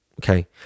okay